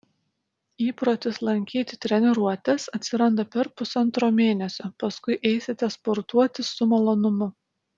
įprotis lankyti treniruotes atsiranda per pusantro mėnesio paskui eisite sportuoti su malonumu